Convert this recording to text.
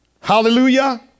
Hallelujah